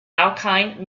alkene